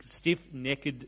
stiff-necked